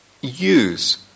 use